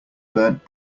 burnt